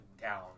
down